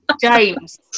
James